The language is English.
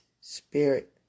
spirit